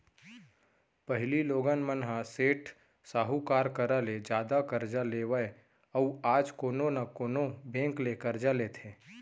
पहिली लोगन मन ह सेठ साहूकार करा ले जादा करजा लेवय अउ आज कोनो न कोनो बेंक ले करजा लेथे